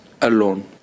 alone